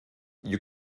you